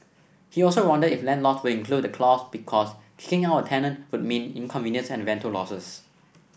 he also wondered if landlord would include the clause because kicking out a tenant would mean inconvenience and rental losses